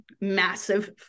massive